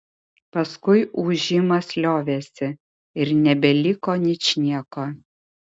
paskui ūžimas liovėsi ir nebeliko ničnieko